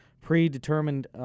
predetermined